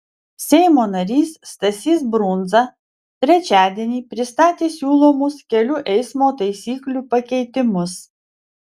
seimo narys stasys brundza trečiadienį pristatė siūlomus kelių eismo taisyklių pakeitimus